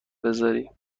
بذاری